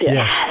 Yes